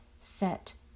set